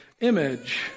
image